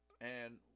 and-